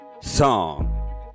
song